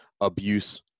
abuse